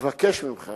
ומבקש ממך